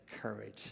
courage